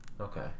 Okay